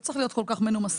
לא צריך להיות כל כך מנומסים,